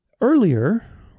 earlier